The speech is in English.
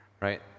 right